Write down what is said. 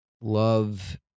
Love